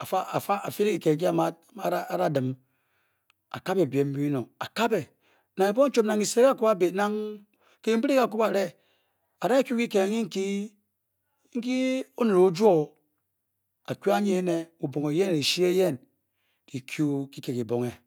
a–fii ne kiked nki a da dan dim a kabe biem bi binong. a kabe nang ebong chuom. nang kise ke a kwuba biji nang kenbire nke akwu ba re. a danghe kyu ke kiked nke kye. nke onedo o juo oa kyu anye ene. bubong eyen. kishi eyen ki kyu kiked kibonghe.